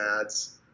ads